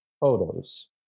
photos